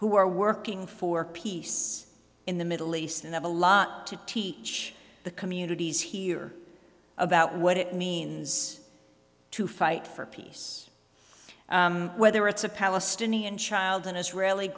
who are working for peace in the middle east and have a lot to teach the communities here about what it means to fight for peace whether it's a palestinian child an israeli